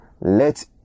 let